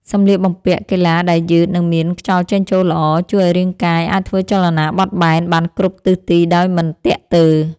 សម្លៀកបំពាក់កីឡាដែលយឺត និងមានខ្យល់ចេញចូលល្អ ជួយឱ្យរាងកាយអាចធ្វើចលនាបត់បែនបានគ្រប់ទិសទីដោយមិនទាក់ទើ។